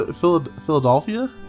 Philadelphia